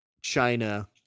China